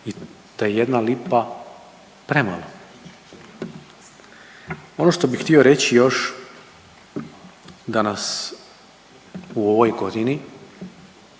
da je jedna lipa premalo. Ono što bih htio reći još da nas u ovoj godini,